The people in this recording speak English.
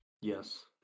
Yes